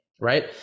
right